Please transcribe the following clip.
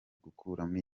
gukuramo